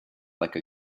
like